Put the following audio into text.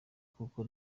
kuko